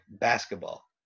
basketball